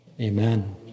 Amen